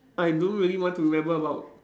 I don't really want to remember about